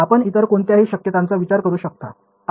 आपण इतर कोणत्याही शक्यतांचा विचार करू शकता